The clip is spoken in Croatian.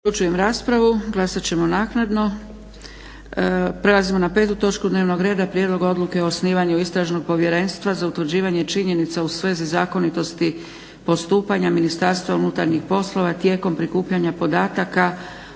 **Zgrebec, Dragica (SDP)** Prelazimo na 5. točku dnevnog reda - Prijedlog Odluke o osnivanju Istražnog povjerenstva za utvrđivanje činjenica u svezi zakonitosti postupanja Ministarstva unutarnjih poslova tijekom prikupljanja podataka